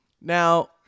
Now